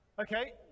Okay